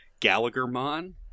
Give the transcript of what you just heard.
Gallaghermon